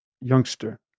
youngster